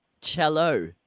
Cello